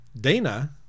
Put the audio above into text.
Dana